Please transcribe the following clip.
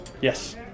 Yes